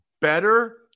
better